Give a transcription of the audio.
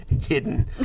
hidden